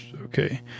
okay